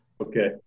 Okay